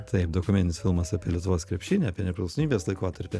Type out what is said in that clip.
taip dokumentinis filmas apie lietuvos krepšinį apie nepriklausomybės laikotarpį